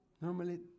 Normally